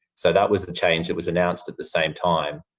so, that was the change that was announced at the same time,